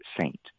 saint